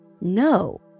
No